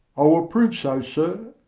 i will prove so, sir,